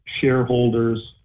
shareholders